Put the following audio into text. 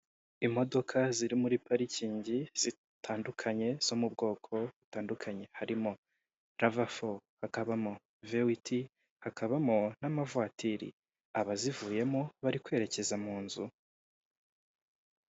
Imodoka ziri muri parikingi zitandukanye zo mu bwoko butandukanye, harimo lava fo hakabamo vewiti hakabamo n'amavatiri abazivuyemo bari kwerekeza mu nzu.